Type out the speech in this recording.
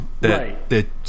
Right